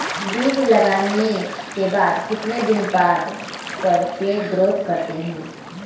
बीज लगाने के बाद कितने दिन बाद पर पेड़ ग्रोथ करते हैं?